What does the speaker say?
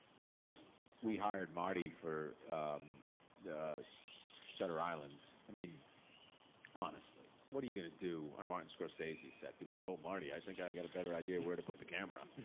once we hired marty for shutter islands, i mean honestly, what are you gonna do on a martin scorsese set? be like, oh marty, i think i got a better idea where to put the camera.